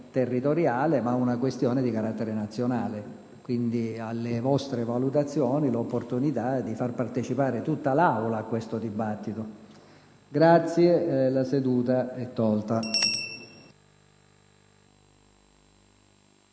territoriale, ma una questione di carattere nazionale. Lascio, quindi, alle vostre valutazioni l'opportunità di far partecipare tutta l'Aula a questo dibattito. **Saluto ad una